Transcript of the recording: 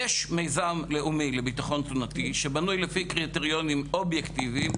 יש מיזם לאומי לביטחון תזונתי שבנוי לפי קריטריונים אובייקטיבים,